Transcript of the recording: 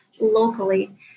locally